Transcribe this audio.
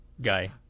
guy